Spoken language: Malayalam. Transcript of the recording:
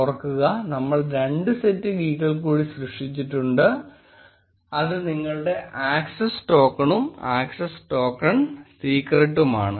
ഓർക്കുക നമ്മൾ രണ്ട് സെറ്റ് കീകൾ കൂടി സൃഷ്ടിച്ചിട്ടുണ്ട് അത് നിങ്ങളുടെ ആക്സസ് ടോക്കണും ആക്സസ് ടോക്കൺ സീക്രട്ടുമാണ്